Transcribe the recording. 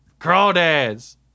crawdads